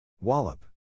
Wallop